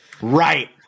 Right